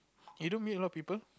you don't meet a lot of people